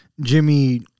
jimmy